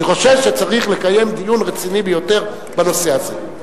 אני חושב שצריך לקיים דיון רציני ביותר בנושא הזה.